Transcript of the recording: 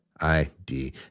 ID